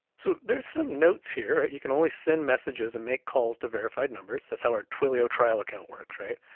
so there's some notes here, right? you can only send messages, and make calls to verify numbers. that's how our twilio trial account works right?